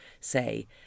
say